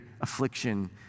affliction